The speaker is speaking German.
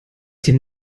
den